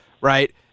Right